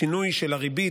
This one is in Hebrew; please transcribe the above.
השינוי של הריבית,